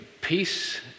Peace